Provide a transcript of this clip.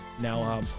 Now